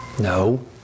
No